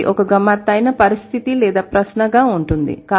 అది ఒక గమ్మత్తైన పరిస్థితి లేదా ప్రశ్నగా ఉంటుంది